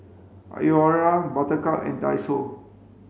Iora Buttercup and Daiso